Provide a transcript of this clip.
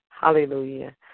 hallelujah